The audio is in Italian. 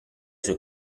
sue